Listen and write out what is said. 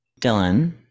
Dylan